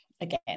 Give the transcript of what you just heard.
again